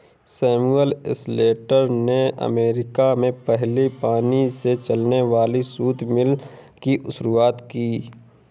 Samuel Slater ने America में पहली पानी से चलने वाली सूती मिल की शुरुआत की